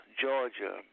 Georgia